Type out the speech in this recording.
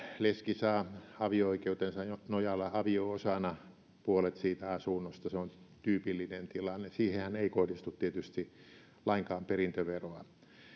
leski saa avio oikeutensa nojalla avio osana puolet siitä asunnosta se on tyypillinen tilanne siihenhän ei kohdistu tietysti lainkaan perintöveroa